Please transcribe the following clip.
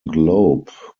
globe